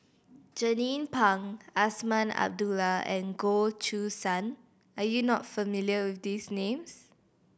Jernnine Pang Azman Abdullah and Goh Choo San are you not familiar with these names